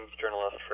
journalist